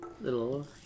little